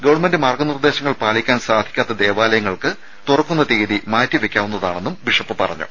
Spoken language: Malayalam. ഗവൺമെന്റ് മാർഗ്ഗ നിർദ്ദേശങ്ങൾ പാലിക്കാൻ സാധിക്കാത്ത ദേവാലയങ്ങൾക്ക് തുറക്കുന്ന തീയതി മാറ്റിവെയ്ക്കാവുന്നതാണെന്നും ബിഷപ്പ് പറഞ്ഞു